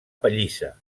pallissa